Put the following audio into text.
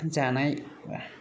जानाय